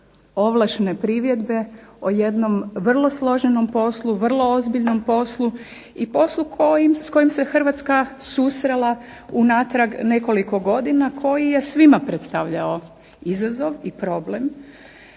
ovlašne primjedbe o jednom vrlo složenom poslu, vrlo ozbiljnom poslu i poslu s kojim se Hrvatska susrela unatrag nekoliko godina koji je svima predstavljao izazov i problem.